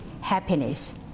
happiness